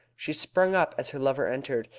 she sprang up as her lover entered,